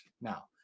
now